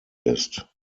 ist